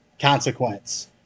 consequence